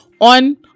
on